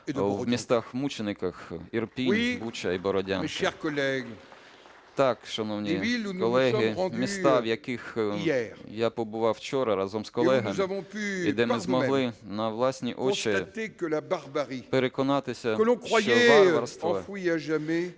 в містах-мучениках Ірпінь, Буча і Бородянка. Так, шановні колеги, міста, в яких я побував вчора разом з колегами, і де ми змогли на власні очі переконатися, що варварство,